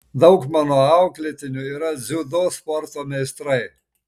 daug mano auklėtinių yra dziudo sporto meistrai